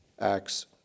Acts